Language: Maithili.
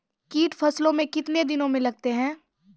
कीट फसलों मे कितने दिनों मे लगते हैं?